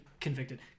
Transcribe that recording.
Convicted